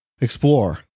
explore